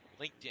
linkedin